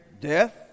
death